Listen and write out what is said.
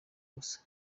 gusa